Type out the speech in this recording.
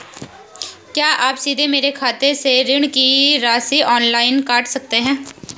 क्या आप सीधे मेरे खाते से ऋण की राशि ऑनलाइन काट सकते हैं?